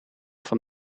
van